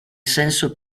senso